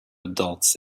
adults